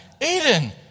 Aiden